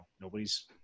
nobody's